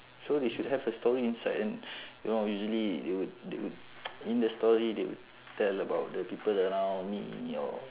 so they should have a story inside and you know usually they would they would in the story they tell about the people around me or